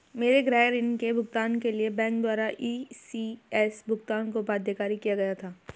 मेरे गृह ऋण के भुगतान के लिए बैंक द्वारा इ.सी.एस भुगतान को बाध्यकारी किया गया था